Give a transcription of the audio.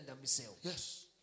Yes